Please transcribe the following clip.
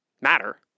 Matter